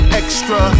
extra